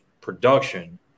production